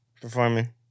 Performing